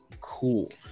cool